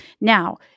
Now